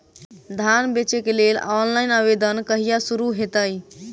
धान बेचै केँ लेल ऑनलाइन आवेदन कहिया शुरू हेतइ?